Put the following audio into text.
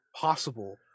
possible